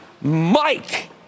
Mike